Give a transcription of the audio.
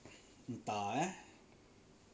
entah eh